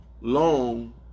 long